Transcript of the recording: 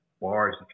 bars